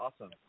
awesome